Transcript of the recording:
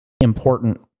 important